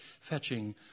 fetching